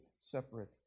separate